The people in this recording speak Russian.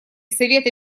совета